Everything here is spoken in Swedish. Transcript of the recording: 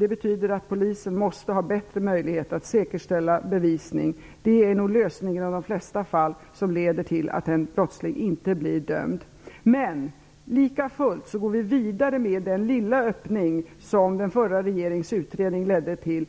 Det betyder att polisen måste ha bättre möjligheter att säkerställa bevisning. Det är nog lösningen i de flesta fall som leder till att en brottsling inte blir dömd. Men lika fullt går vi vidare med den lilla öppning som den förra regeringens utredning resulterade i.